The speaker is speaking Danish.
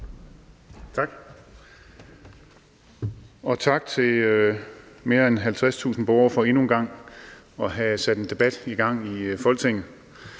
Tak. Og tak til mere end 50.000 borgere for endnu en gang at have sat en debat i gang i Folketinget.